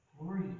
glory